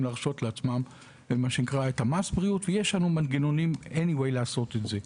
להרשות לעצמם את מס הבריאות ויש לנו את המנגנונים לעשות את זה.